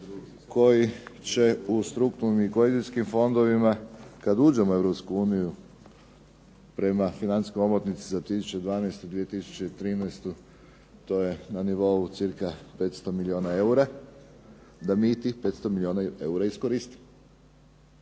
koji će u strukturnim i kohezijskim fondovima kad uđemo u Europsku uniju prema financijskoj omotnici za 2012. i 2013. to je na nivou cirka 500 milijuna eura, da mi tih 500 milijuna eura iskoristimo.